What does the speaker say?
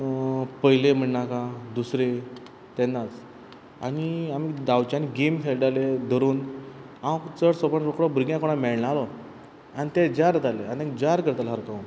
पयलें म्हणनाका दुसरें तेन्नाच आनी आमी धांवच्यांनी गॅम खेळटाले धरून हांव चडसो भुरग्यां कोणा मेळनाहलो आनी ते जार जाताले हांव तेंक जार करतालो सारको हांव